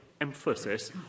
emphasis